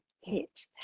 hit